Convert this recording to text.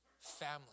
family